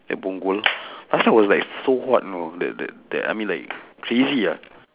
at punggol last time was like so hot you know that that that I mean like crazy lah